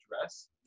address